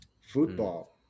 Football